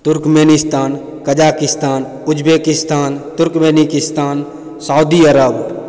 Turkmenistan Kazakhstan Uzbekistan Turkmenistan Saudi Arab